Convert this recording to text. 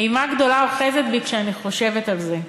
אימה גדולה אוחזת בי כשאני חושבת על זה.